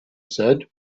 said